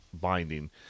binding